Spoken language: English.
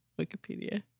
wikipedia